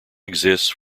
exits